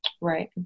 Right